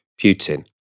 Putin